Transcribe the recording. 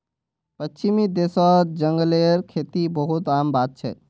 पश्चिमी देशत जंगलेर खेती बहुत आम बात छेक